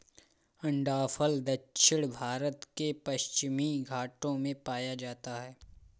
अंडाफल दक्षिण भारत के पश्चिमी घाटों में पाया जाता है